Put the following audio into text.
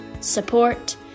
support